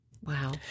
Wow